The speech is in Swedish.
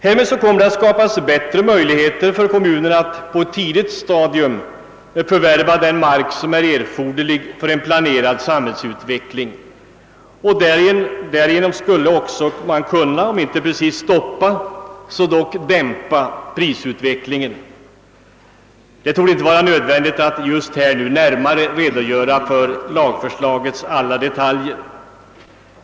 Härigenom kommer det att skapas bättre möjligheter för kommunerna att på ett tidigt stadium förvärva mark som är erforderlig för en planerad samhällsutveckling, och man skulle kunna, om icke stoppa så i varje fall dämpa prisutvecklingen. Det torde inte vara nödvändigt att nu närmare redogöra för lagförslagets alla detaljer.